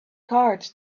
cards